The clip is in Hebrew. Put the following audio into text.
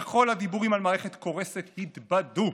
וכל הדיבורים על מערכת קורסת התבדו.